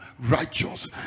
righteous